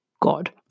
God